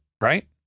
right